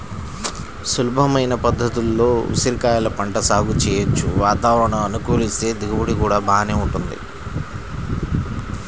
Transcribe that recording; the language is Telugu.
సులభమైన పద్ధతుల్లో ఉసిరికాయల పంట సాగు చెయ్యొచ్చు, వాతావరణం అనుకూలిస్తే దిగుబడి గూడా బాగానే వుంటది